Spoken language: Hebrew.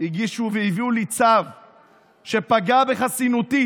הגישו והביאו לי צו שפגע בחסינותי,